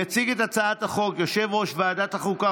יציג את הצעת החוק יושב-ראש ועדת החוקה,